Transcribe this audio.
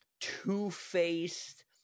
two-faced